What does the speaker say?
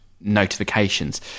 notifications